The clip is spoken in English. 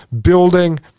building